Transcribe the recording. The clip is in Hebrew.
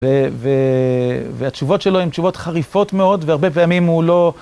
והתשובות שלו הן תשובות חריפות מאוד והרבה פעמים הוא לא...